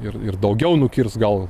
ir ir daugiau nukirs gal